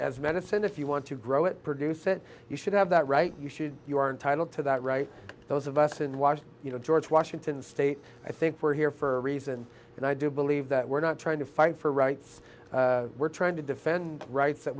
as medicine if you want to grow it produce it you should have that right you should you are entitled to that right those of us in washington you know george washington state i think we're here for a reason and i do believe that we're not trying to fight for rights we're trying to defend rights that